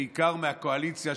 בעיקר מהקואליציה,